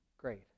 Great